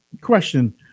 Question